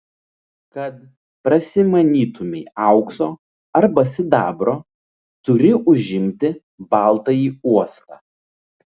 kad prasimanytumei aukso arba sidabro turi užimti baltąjį uostą